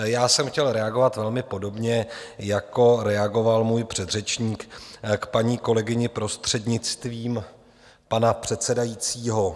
Já jsem chtěl reagovat velmi podobně, jako reagoval můj předřečník, k paní kolegyni, prostřednictvím pana předsedajícího.